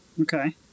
Okay